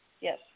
Yes